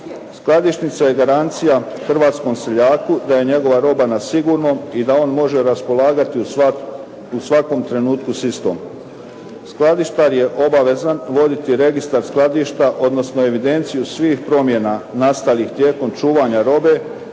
Skladišnica je garancija hrvatskom seljaku da je njegova roba na sigurnom i da on može raspolagati u svakom trenutku s istom. Skladištar je obavezan voditi registar skladišta, odnosno evidenciju svih promjena nastalih tijekom čuvanja robe,